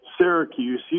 Syracuse